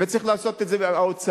וצריך לעשות את זה האוצר.